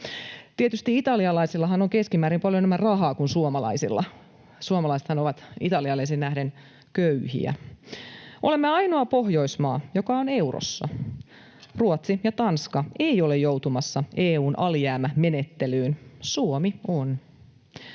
Tietysti italialaisillahan on keskimäärin paljon enemmän rahaa kuin suomalaisilla. Suomalaisethan ovat italialaisiin nähden köyhiä. Olemme ainoa Pohjoismaa, joka on eurossa. Ruotsi ja Tanska eivät ole joutumassa EU:n alijäämämenettelyyn, Suomi on.